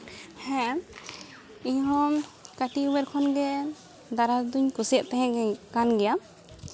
ᱦᱮᱸ ᱤᱧ ᱦᱚᱸ ᱠᱟᱹᱴᱤᱡ ᱩᱢᱮᱨ ᱠᱷᱚᱱᱜᱮ ᱫᱟᱬᱟᱱ ᱫᱩᱧ ᱠᱩᱥᱤᱭᱟᱜ ᱛᱟᱦᱮᱸᱜ ᱠᱟᱱ ᱜᱮᱭᱟ